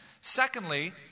Secondly